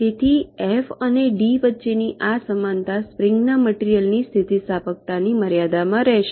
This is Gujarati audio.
તેથી એફ અને ડી વચ્ચેની આ સમાનતા સ્પ્રિંગ ના મટીરીયલ ની સ્થિતિસ્થાપકતા ની મર્યાદામાં રહેશે